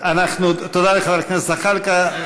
תודה לחבר הכנסת זחאלקה.